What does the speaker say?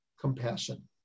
compassion